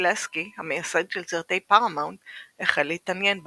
לסקי המייסד של סרטי פרמאונט החל להתעניין בה.